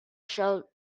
shall